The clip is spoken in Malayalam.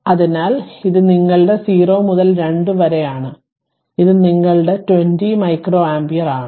അതിനാൽ ഇത് നിങ്ങളുടെ 0 മുതൽ 2 വരെയാണ് ഇത് നിങ്ങളുടെ 20 മൈക്രോഅമ്പിയർ ആണ്